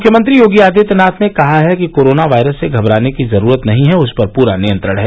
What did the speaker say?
मुख्यमंत्री योगी आदित्यनाथ ने कहा है कि कोरोना वायरस से घबराने की जरूरत नही है उस पर पूरा नियंत्रण है